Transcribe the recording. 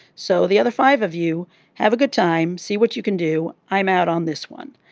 so the other five of you have a good time see what you can do. i'm out on this one.